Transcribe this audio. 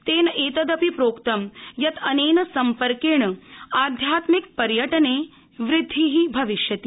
तेन एतदपि प्रोक्तम् यत् अनेन सम्पर्केण आध्यात्मिक पर्यटने वृद्धि भविष्यति